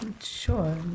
Sure